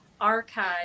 archive